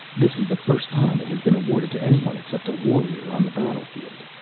this is the first time it has been awarded to anyone except a warrior on the battlefield.